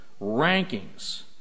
rankings